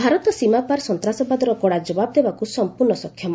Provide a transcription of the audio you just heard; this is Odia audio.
ଭାରତ ସୀମାପାର ସନ୍ତାସବାଦର କଡ଼ା ଜବାବ ଦେବାକୁ ସମ୍ପର୍ଣ୍ଣ ସକ୍ଷମ